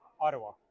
Ottawa